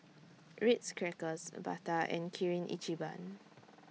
Ritz Crackers Bata and Kirin Ichiban